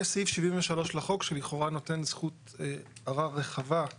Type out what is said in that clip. וליישובים הסמוכים יש את כל הזכות להתנגד ולהגיש ערר על